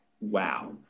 wow